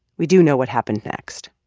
we do know what happened next.